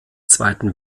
zweiten